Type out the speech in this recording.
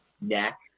neck